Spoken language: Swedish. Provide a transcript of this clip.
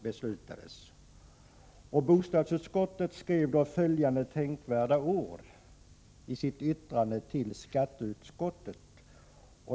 Bostadsutskottet skrev följande tänkvärda rader i sitt yttrande till skatteutskottet.